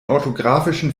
orthografischen